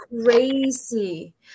crazy